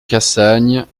cassagne